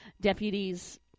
Deputies